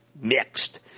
mixed